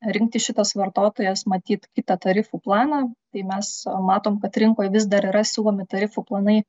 rinktis šitas vartotojas matyt kitą tarifų planą tai mes matom kad rinkoj vis dar yra siūlomi tarifų planai